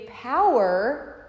power